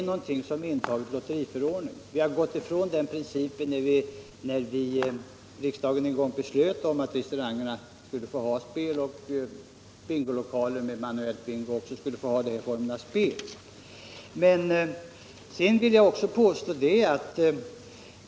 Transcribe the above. Det är intaget i lotteriförordningen. Vi gick ifrån den principen, när riksdagen en gång beslöt att restauranger och bingolokaler med manuell bingo skulle få ha sådana här spel.